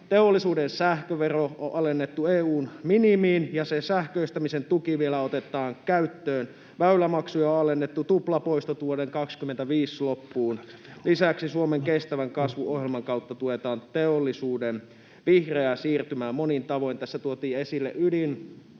Teollisuuden sähkövero on alennettu EU:n minimiin ja sähköistämisen tuki vielä otetaan käyttöön. Väylämaksuja on alennettu, tuplapoistot vuoden 2025 loppuun. Lisäksi Suomen kestävän kasvun ohjelman kautta tuetaan teollisuuden vihreää siirtymää monin tavoin. Tässä tuotiin esille ydinvoima,